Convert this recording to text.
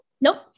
Nope